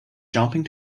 jumping